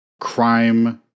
crime